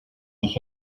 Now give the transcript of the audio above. sich